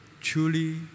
Truly